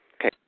Okay